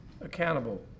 accountable